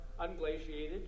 unglaciated